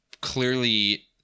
clearly